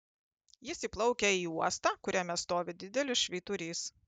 jis įplaukia į uostą kuriame stovi didelis švyturys